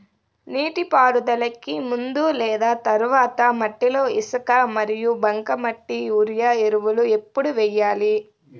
నీటిపారుదలకి ముందు లేదా తర్వాత మట్టిలో ఇసుక మరియు బంకమట్టి యూరియా ఎరువులు ఎప్పుడు వేయాలి?